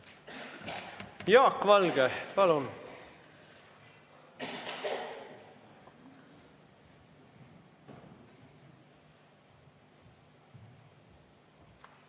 Jaak Valge, palun!